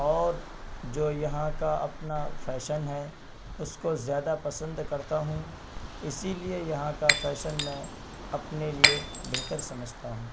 اور جو یہاں کا اپنا فیشن ہے اس کو زیادہ پسند کرتا ہوں اسی لیے یہاں کا فیشن میں اپنے لیے بہتر سمجھتا ہوں